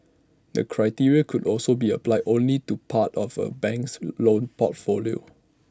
the criteria could also be applied only to parts of A bank's loan portfolio